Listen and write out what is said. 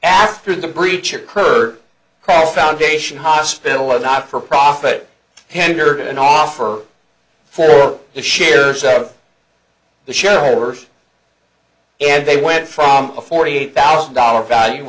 after the breach occurred call foundation hospital of not for profit tendered an offer for the shares of the shareholders and they went from a forty eight thousand dollar value